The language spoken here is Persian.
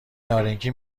نارنگی